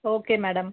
okay madam